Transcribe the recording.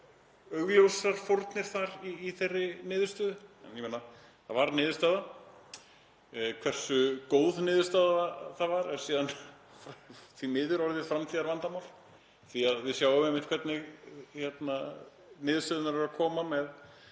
augljósar fórnir færðar í þeirri niðurstöðu. En það varð niðurstaða. Hversu góð niðurstaða það var er því miður orðið framtíðarvandamál því við sjáum einmitt hvernig niðurstöðurnar eru að koma út